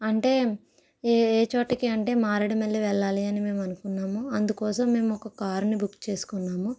అంటే ఏ ఏ చోటుకి అంటే మారేడుమల్లి వెళ్ళాలి అని మేము అనుకున్నాము అందుకోసం మేము ఒక కారు ని బుక్ చేసుకున్నాము